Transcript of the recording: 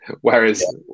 Whereas